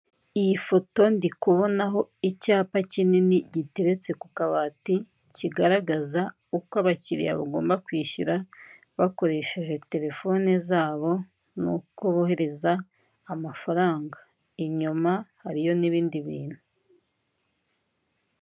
Iyi foto ndi kubonaho icyapa kinini giteretse ku kabati, kigaragaza uko abakiriya bagomba kwishyura bakoresheje telefone zabo nk'uko bohereza amafaranga, inyuma hariyo n'ibindi bintu.